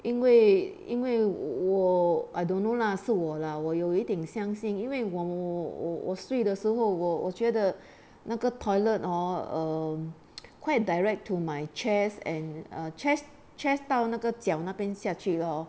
因为因为我 I don't know lah 是我啦我有一点相信因为我我我睡的时候我我觉得那个 toilet hor err quite direct to my chest and uh chest chest 到那个脚那边下去 lor